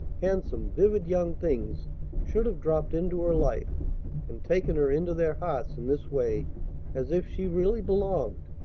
handsome, vivid young things should have dropped into her life and taken her into their hearts in this way as if she really belonged,